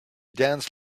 danced